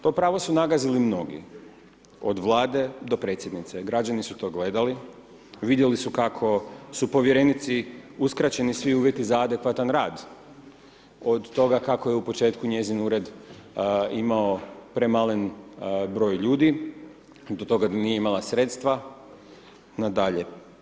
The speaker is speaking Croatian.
To pravo su nagazili mnogi od Vlade do predsjednice, građani su to gledali vidjeli su kako su povjerenici uskraćeni svi uvjeti za adekvatan rad, od toga kako je u početku njezin ured imao premalen broj ljudi, do toga da nije imala sredstava nadalje.